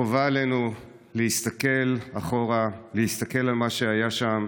חובה עלינו להסתכל אחורה, להסתכל על מה שהיה שם,